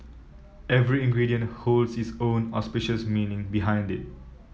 every ingredient holds its own auspicious meaning behind it